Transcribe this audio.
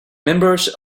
members